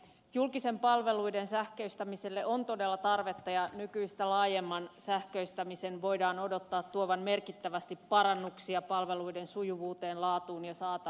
julkisten palveluiden sähköistämiselle on todella tarvetta ja nykyistä laajemman sähköistämisen voidaan odottaa tuovan merkittävästi parannuksia palveluiden sujuvuuteen laatuun ja saatavuuteen